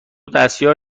دستیار